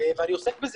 ואני עוסק בזה.